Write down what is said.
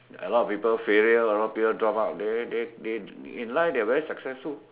a lot of people failure a lot of people drop out they they they in life they are very successful